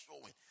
showing